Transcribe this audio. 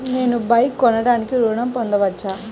నేను బైక్ కొనటానికి ఋణం పొందవచ్చా?